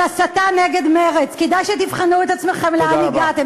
קטנה עלייך.